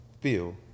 feel